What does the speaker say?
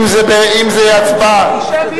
אם זה יהיה הצבעה, אנחנו רוצים שמי.